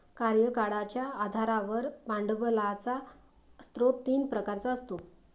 कार्यकाळाच्या आधारावर भांडवलाचा स्रोत तीन प्रकारचा असतो